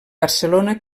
barcelona